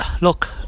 look